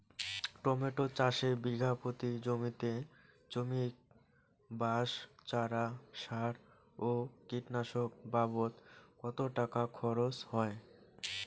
Tomato চাষে বিঘা প্রতি জমিতে শ্রমিক, বাঁশ, চারা, সার ও কীটনাশক বাবদ কত টাকা খরচ হয়?